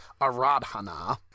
Aradhana